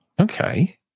Okay